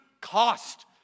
cost